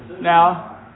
Now